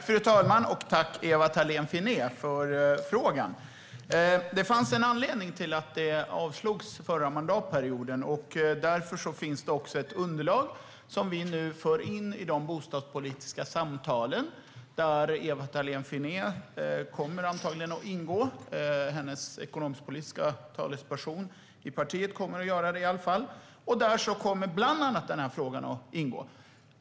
Fru talman! Tack, Ewa Thalén Finné, för frågan! Det fanns en anledning till att det avslogs förra mandatperioden. Därför finns det också ett underlag som vi nu för in i de bostadspolitiska samtalen, där Ewa Thalén Finné antagligen kommer att delta. Hennes ekonomisk-politiska talesperson i partiet kommer i varje fall att göra det. Där kommer bland annat den här frågan att ingå.